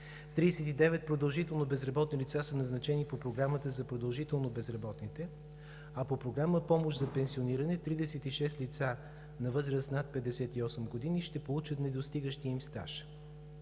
39 продължително безработни лица са назначени по Програмата за продължително безработните, а по Програма „Помощ за пенсиониране“ 36 лица на възраст над 58 години ще получат недостигащия им стаж.